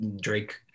Drake